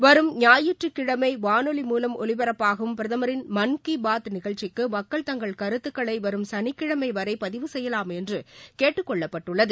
வரும் ஞாயிற்றுக்கிழனை வானொலி மூலம் ஒலிபரப்பாகும் பிரதமின் மன் கி பாத் நிகழ்ச்சிக்கு மக்கள் தங்கள் கருத்துக்களை வரும் சனிக்கிழஸ் வரை பதிவு செய்யலாம் என்று கேட்டுக் கொள்ளப்பட்டுள்ளது